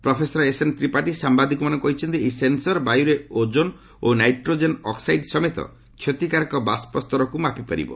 professor S N Tripathi ସାମ୍ବାଦିକମାନଙ୍କୁ କହିଛନ୍ତି ଏହି ସେନ୍ସର୍ ବାୟୁରେ ଓଜନ୍ ଓ ନାଇଟ୍ରୋଜେନ୍ ଅକ୍ସାଇଡ୍ ସମେତ କ୍ଷତିକାରକ ବାଷ୍ପସ୍ତରକୁ ମାପି ପାରିବ